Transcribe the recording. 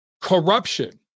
corruption